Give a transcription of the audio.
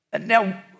Now